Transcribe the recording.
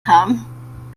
haben